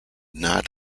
not